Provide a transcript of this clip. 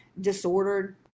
disordered